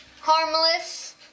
Harmless